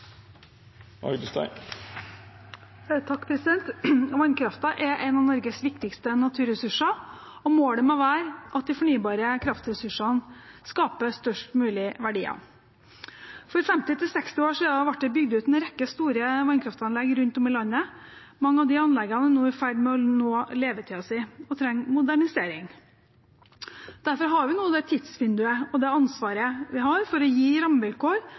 en av Norges viktigste naturressurser, og målet må være at de fornybare kraftressursene skaper størst mulige verdier. For 50–60 år siden ble det bygd ut en rekke store vannkraftanlegg rundt om i landet. Mange av disse anleggene er nå i ferd med å nå levetiden sin og trenger modernisering. Derfor har vi nå det tidsvinduet og det ansvaret vi har for å gi rammevilkår